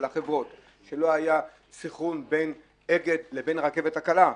של החברות שלא היה סנכרון בין אגד לבין הרכבת הקלה,